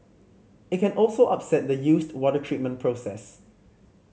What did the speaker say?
it can also upset the used water treatment process